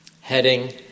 Heading